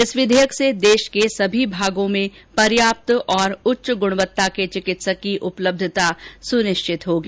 इस विधेयक से देश के सभी भागों में पर्याप्त और उच्च गुणवत्ता के चिकित्सक की उपलब्धता सुनिश्चित होगी